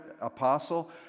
apostle